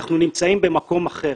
היום אנחנו נמצאים במקום אחר.